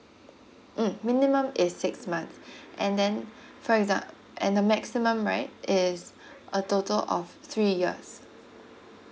mm minimum is six month and then for exam~ and the maximum right is a total of three years